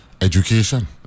education